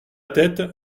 tête